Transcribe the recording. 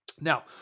Now